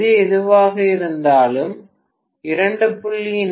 இது எதுவாக இருந்தாலும் 2